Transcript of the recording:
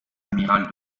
amiral